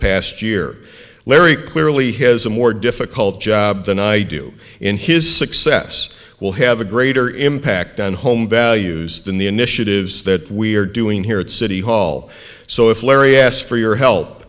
past year larry clearly has a more difficult job than i do in his success will have a greater impact on home values than the initiatives that we're doing here at city hall so if larry asked for your he